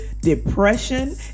depression